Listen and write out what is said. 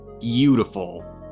beautiful